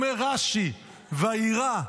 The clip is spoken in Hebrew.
אומר רש"י: ויירא,